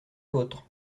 vôtre